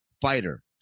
fighter